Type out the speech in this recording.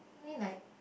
only like